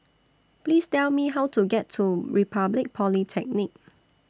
Please Tell Me How to get to Republic Polytechnic